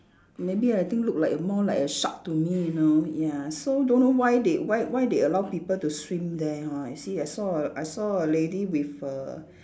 maybe I think look like more like a shark to me you know ya so don't know why they why why they allow people to swim there ha I see I saw a I saw a lady with a